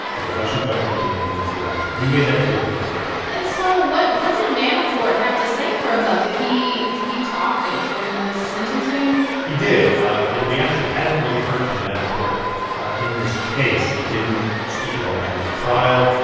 with the russian government to influence the election. he made that clear from the beginning and so what what did manafort have to say for himself? did he did he talk and during this sentencing? he did. and we actually hadn't really heard from manafort in this case. he didn't didn't speak at all during the trial.